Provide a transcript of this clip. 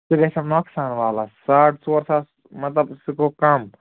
سُہ گژھٮ۪م نۄقصان وللہ ساڑ ژور ساس مطلب سُہ گوٚو کَم